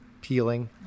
peeling